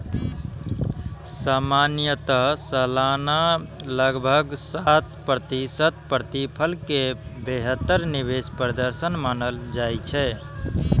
सामान्यतः सालाना लगभग सात प्रतिशत प्रतिफल कें बेहतर निवेश प्रदर्शन मानल जाइ छै